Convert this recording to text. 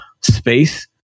space